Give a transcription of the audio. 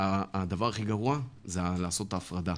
הדבר הכי גרוע זה לעשות את ההפרדה,